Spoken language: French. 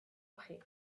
après